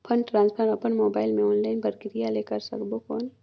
Fund transfer अपन mobile मे online प्रक्रिया ले कर सकबो कौन?